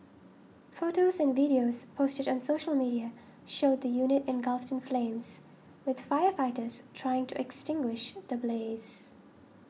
photos and videos posted on social media showed the unit engulfed in flames with firefighters trying to extinguish the blaze